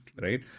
right